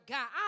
God